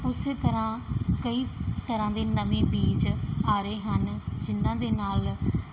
ਉਸੇ ਤਰ੍ਹਾਂ ਕਈ ਤਰ੍ਹਾਂ ਦੇ ਨਵੇਂ ਬੀਜ ਆ ਰਹੇ ਹਨ ਜਿਹਨਾਂ ਦੇ ਨਾਲ